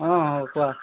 অ অ কোৱা